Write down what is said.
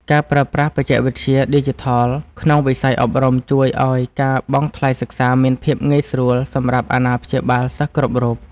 ការប្រើប្រាស់បច្ចេកវិទ្យាឌីជីថលក្នុងវិស័យអប់រំជួយឱ្យការបង់ថ្លៃសិក្សាមានភាពងាយស្រួលសម្រាប់អាណាព្យាបាលសិស្សគ្រប់រូប។